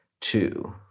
Two